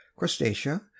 crustacea